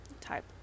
type